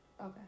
Okay